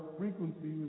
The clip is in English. frequency